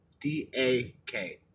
D-A-K